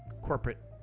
corporate